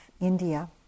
India